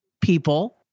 people